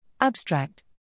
Abstract